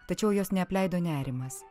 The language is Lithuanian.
tačiau jos neapleido nerimas